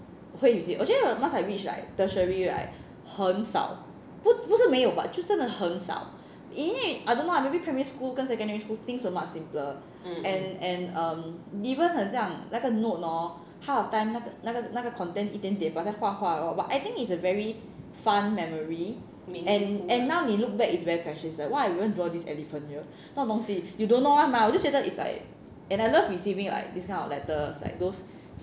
so you see 我觉得 once I reach tertiary right 很少不不是没有 but 就真的很少因为 I don't know maybe primary school 跟 secondary school things were much simpler and and um 你 even 很像那个 note hor half the time 那个那个那个 content 一点点 but 像画画 or what but I think it's a very fun memory and and now 你 look back it's very precious why I even draw this elephant here 那种东西 you don't know [one] mah 我就觉得 is like and I love receiving like this kind of letters like those